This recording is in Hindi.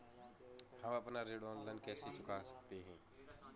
हम अपना ऋण ऑनलाइन कैसे चुका सकते हैं?